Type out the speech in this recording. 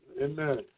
amen